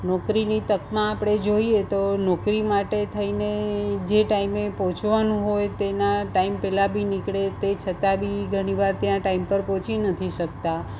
નોકરીની તકમાં આપણે જોઈએ તો નોકરી માટે થઈને જે ટાઈમે પહોંચવાનું હોય તેના ટાઈમ પહેલાં બી નીકળે તે છતાં બી ઘણીવાર ત્યાં ટાઈમ પર પહોંચી નથી શકતા